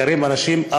גרים בו אנשים,